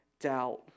doubt